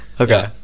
Okay